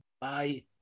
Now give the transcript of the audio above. Bye